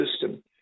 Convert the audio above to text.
system